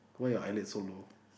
why your eyelids so low